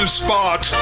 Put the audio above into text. spot